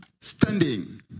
standing